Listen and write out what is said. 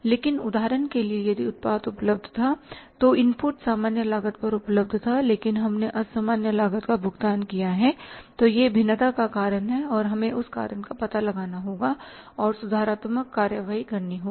लेकिन उदाहरण के लिए यदि उत्पाद उपलब्ध था तो इनपुट सामान्य लागत पर उपलब्ध था लेकिन हमने असामान्य लागत का भुगतान किया है तो यह भिन्नता का कारण है और हमें उस कारण का पता लगाना होगा और सुधारात्मक कार्रवाई करनी होगी